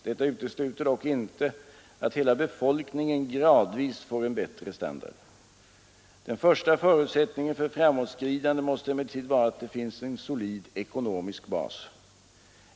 Detta utesluter dock inte att hela befolkningen gradvis får en bättre standard. Den första förutsättningen för framåtskridande måste emellertid vara att det finns en solid ekonomisk bas.